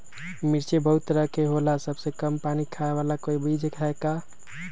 मिर्ची बहुत तरह के होला सबसे कम पानी खाए वाला कोई बीज है का?